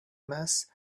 mass